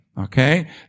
Okay